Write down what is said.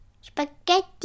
Spaghetti